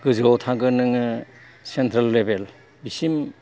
गोजौयाव थांगोन नोङो central level बिसिम